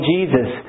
Jesus